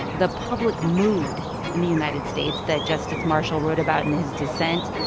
the public mood in the united states that justice marshall wrote about in his dissent,